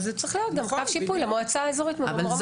צריך להיות כתב שיפוי גם למועצה האזורית מרום הגליל.